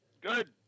Good